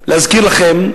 להזכיר לכם,